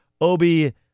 Obi